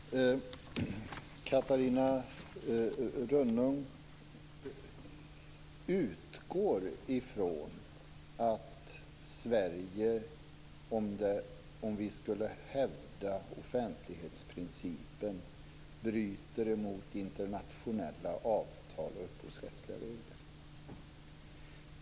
Herr talman! Catarina Rönnung utgår från att Sverige om vi skulle hävda offentlighetsprincipen skulle bryta mot internationella avtal och upphovsrättsliga regler.